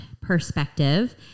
perspective